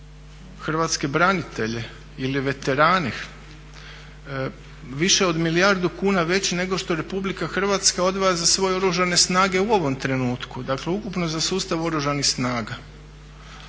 hrvatske branitelje ili veterane više od milijardu kuna veći nego što Republika Hrvatska odvaja za svoje Oružane snage u ovom trenutku, dakle ukupno za sustav Oružanih snaga.